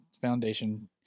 Foundation